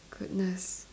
goodness